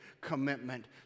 commitment